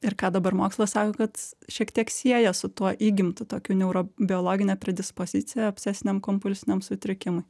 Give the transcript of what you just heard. ir ką dabar mokslas sako kad šiek tiek sieja su tuo įgimtu tokiu neuro biologine predispozicija obsesiniam kompulsiniam sutrikimui